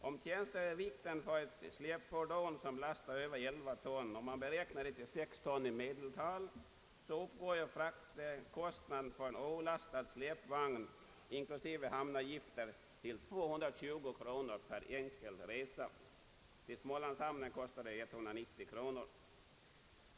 Om tjänstevikten för släpfordon som lastar över 11 ton gods beräknas till 6 ton i medeltal, uppgår fraktkostnaden för en olastad släpvagn inklusive hamnavgifter till 220 kronor för enkel resa. Till smålandshamnarna kostar motsvarande resa 190 kronor.